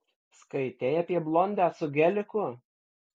skaitei apie blondę su geliku